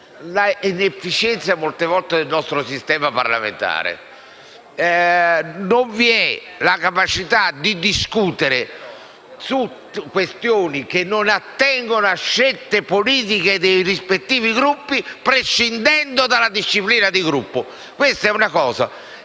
l'inefficienza del nostro sistema parlamentare: non vi è la capacità di discutere su questioni che non attengono a scelte politiche dei rispettivi Gruppi, prescindendo dalla disciplina di Gruppo. Se si vuole